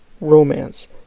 romance